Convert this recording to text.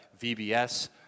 VBS